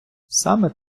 саме